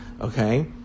Okay